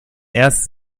erst